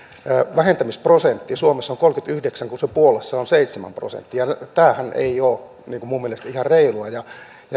vähentämisprosentti suomessa on kolmekymmentäyhdeksän kun se puolassa on seitsemän prosenttia ja tämähän ei ole minun mielestäni ihan reilua